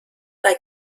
bei